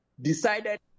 decided